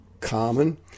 common